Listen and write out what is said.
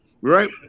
right